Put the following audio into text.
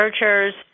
researchers